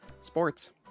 Sports